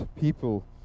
people